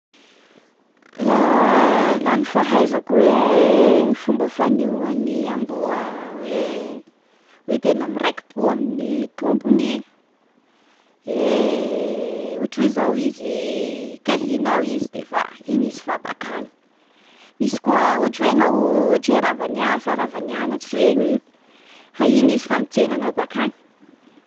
Laha ny fahaizako hoe ny fomba fanehoan’ny amboa hoe- hoe tena miraiki-po amin’ny tompony i, hoen ohatra hoe zao izy kahihinao izy de fa iny izy fa bakagny. Misy koa ohatry hoe ianao- ohatra hoe rava niasa, rava nianatry regny, fa iny izy fa mitsena anao bakagny.